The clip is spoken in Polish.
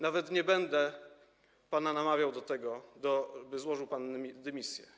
Nawet nie będę pana namawiał do tego, by złożył pan dymisję.